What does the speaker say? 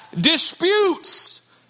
Disputes